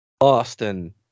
Austin